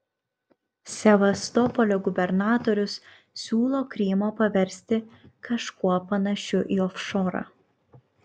sevastopolio gubernatorius siūlo krymą paversti kažkuo panašiu į ofšorą